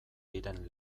diren